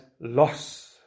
loss